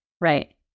Right